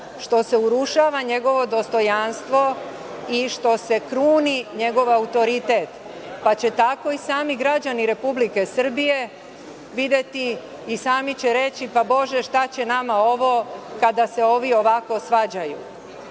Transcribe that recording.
što se urušava njegovo dostojanstvo i što se kruni njegov autoritet, pa će tako i sami građani Republike Srbije videti i sami će reći – pa, Bože šta će nama ovo, kada se ovi ovako svađaju.